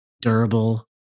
durable